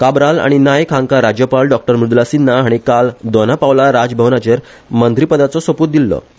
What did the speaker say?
काब्राल आनी नायक हांका राज्यपाल मृद्ला सिन्हा हाणी काल दोनापावला राजभवनाचेर मंत्रीपदाचो सोपुत दिछो